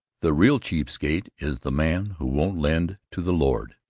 the real cheap skate is the man who won't lend to the lord!